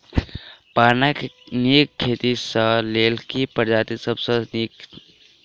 पानक नीक खेती केँ लेल केँ प्रजाति सब सऽ नीक?